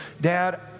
dad